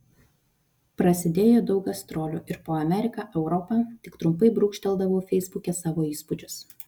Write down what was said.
prasidėjo daug gastrolių ir po ameriką europą tik trumpai brūkšteldavau feisbuke savo įspūdžius